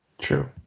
True